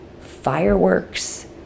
fireworks